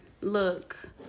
look